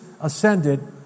ascended